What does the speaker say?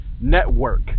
network